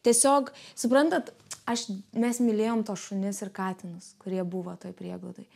tiesiog suprantat aš mes mylėjom tuos šunis ir katinus kurie buvo toj prieglaudoj